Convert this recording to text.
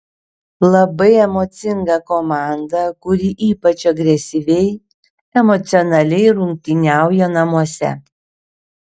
labai emocinga komanda kuri ypač agresyviai emocionaliai rungtyniauja namuose